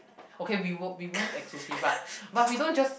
okay we will we won't exclusive but but we don't just